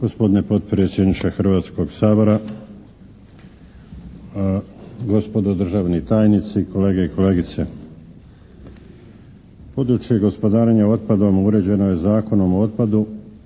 Gospodine potpredsjedniče Hrvatskog sabora, gospodo državni tajnici, kolege i kolegice. Područje gospodarenja otpadom uređeno je Zakonom o otpadu,